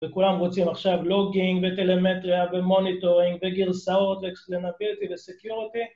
וכולם רוצים עכשיו לוגינג וטלמטריה ומוניטורינג וגרסאות לנאפרטי וסקיורטי